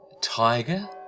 Tiger